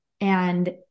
and-